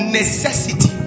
necessity